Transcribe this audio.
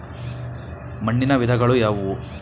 ಮಣ್ಣಿನ ವಿಧಗಳು ಯಾವುವು?